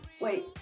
wait